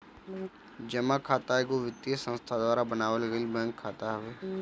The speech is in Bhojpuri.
जमा खाता एगो वित्तीय संस्था द्वारा बनावल गईल बैंक खाता हवे